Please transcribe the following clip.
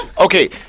Okay